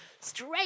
straight